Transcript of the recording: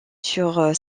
sur